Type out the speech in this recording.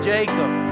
Jacob